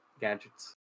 gadgets